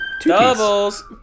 doubles